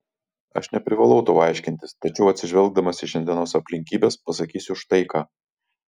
aš neprivalau tau aiškintis tačiau atsižvelgdamas į šiandienos aplinkybes pasakysiu štai ką